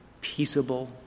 peaceable